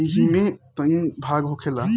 ऐइमे तीन भाग होखेला